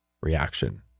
reaction